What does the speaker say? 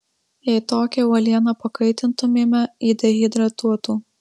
jei tokią uolieną pakaitintumėme ji dehidratuotų